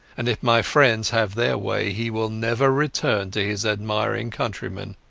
and if my friends have their way he will never return to his admiring countrymen